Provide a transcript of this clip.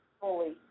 fully